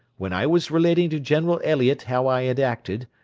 when i was relating to general elliot how i had acted,